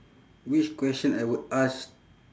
which question I would ask